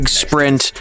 sprint